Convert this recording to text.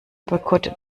boykott